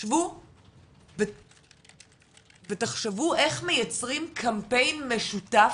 שבו ותחשבו איך מייצרים קמפיין משותף,